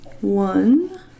One